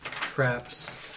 Traps